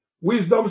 Wisdom